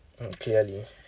mm clearly